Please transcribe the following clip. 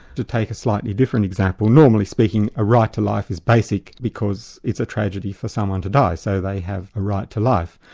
to take a slightly different example normally speaking a right to life is basic because it's a tragedy for someone to die, so they have the right to life.